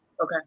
Okay